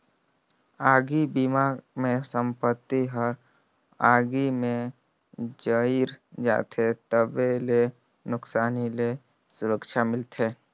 आगी बिमा मे संपत्ति हर आगी मे जईर जाथे तबो ले नुकसानी ले सुरक्छा मिलथे